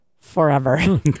forever